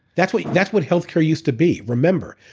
that's what that's what healthcare used to be. remember,